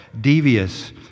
devious